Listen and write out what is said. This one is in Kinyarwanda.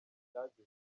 cyageze